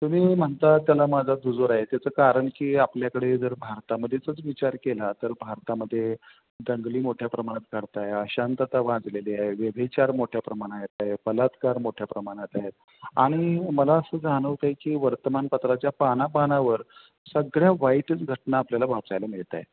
तुम्ही म्हणता त्याला माझा दुजोरा आहे त्याचं कारण की आपल्याकडे जर भारतामध्येच विचार केला तर भारतामध्ये दंगली मोठ्या प्रमाणात करताय अशांतता वाजलेली आहे व्यभिचार मोठ्या प्रमाणात आहेत बलात्कार मोठ्या प्रमाणात आहेत आणि मला असं जाणवतं आहे की वर्तमानपत्राच्या पानापानावर सगळ्या वाईटच घटना आपल्याला वाचायला मिळत आहे